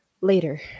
Later